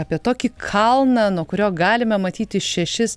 apie tokį kalną nuo kurio galime matyti šešis